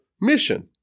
mission